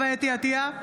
אתי עטייה,